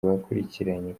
bakurikiranye